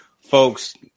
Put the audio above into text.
folks